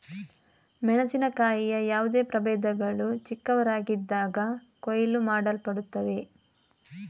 ಮೆಣಸಿನಕಾಯಿಯ ಯಾವುದೇ ಪ್ರಭೇದಗಳು ಚಿಕ್ಕವರಾಗಿದ್ದಾಗ ಕೊಯ್ಲು ಮಾಡಲ್ಪಡುತ್ತವೆ